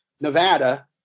nevada